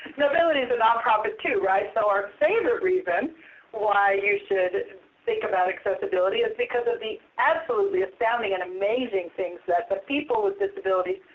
knowbility is a nonprofit too, right? so, our favorite reason why you should think about accessibility is because of the absolutely astounding and amazing things that the people with disabilities,